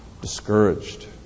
discouraged